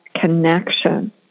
connection